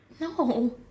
No